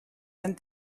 and